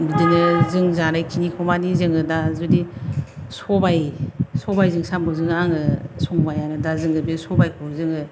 बिदिनो जों जानाय खिनिखौ मानि जोङो दा जुदि सबाय सबायजों साम'जों आङो संबायानो दा जोङो बे सबायखौ जोङो